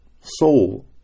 soul